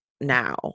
now